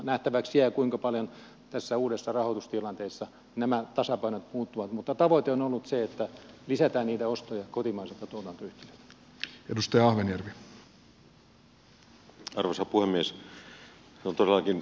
nähtäväksi jää kuinka paljon tässä uudessa rahoitustilanteessa nämä tasapainot muuttuvat mutta tavoite on ollut se että lisätään niitä ostoja kotimaisilta tuotantoyhtiöiltä